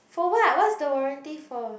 for what what's the warranty for